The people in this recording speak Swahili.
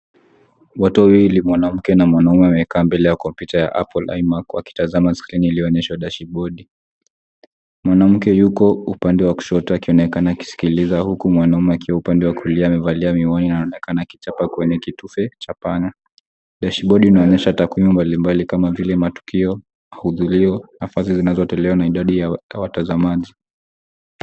Watu wawili, mwanamke na mwanamume wamekaa mbele ya kompyuta ya (cs)Apple iMac(cs) wakitazama (cs)skrini(cs) iliyoonyeshwa (cs)dashibodi(cs). Mwanamke yuko upande wa kushoto akionekana akisikiliza, huku mwanamume akiwa upande wa kulia, amevaa miwani na anaonekana akichapa kwenye kitufe cha pana. Dashibodi inaonyesha takwimu mbalimbali kama vile matukio, mahudhulio nafasi zinazotolewa na idadi ya tawata za maji.